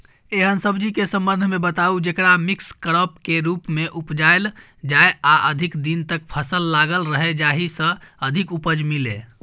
एहन सब्जी के संबंध मे बताऊ जेकरा मिक्स क्रॉप के रूप मे उपजायल जाय आ अधिक दिन तक फसल लागल रहे जाहि स अधिक उपज मिले?